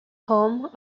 home